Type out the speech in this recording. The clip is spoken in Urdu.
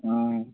ہوں